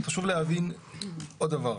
חשוב להבין עוד דבר,